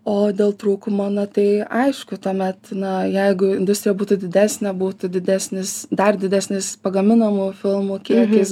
o dėl trūkumo na tai aišku tuomet na jeigu industrija būtų didesnė būtų didesnis dar didesnis pagaminamų filmų kiekis